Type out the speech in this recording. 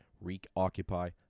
reoccupy